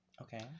Okay